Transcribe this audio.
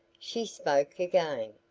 she spoke again.